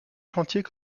chantiers